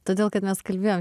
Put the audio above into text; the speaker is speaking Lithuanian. todėl kad mes kalbėjom